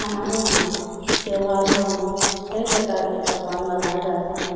हमारे यहाँ त्यौहारों में कई प्रकार के पकवान बनाए जाते हैं